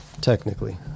Technically